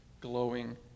glowing